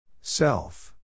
Self